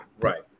Right